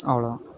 அவ்வளோதான்